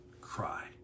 cry